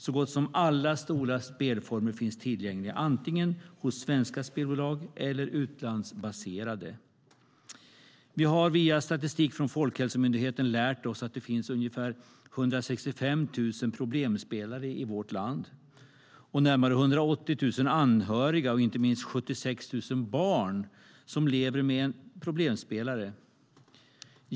Så gott som alla stora spelformer finns tillgängliga antingen hos svenska spelbolag eller utlandsbaserade. Vi har via statistik från Folkhälsomyndigheten lärt oss att det finns ungefär 165 000 problemspelare i vårt land, närmare 180 000 anhöriga och inte minst 76 000 barn som lever med en problemspelare.